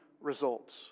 results